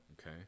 okay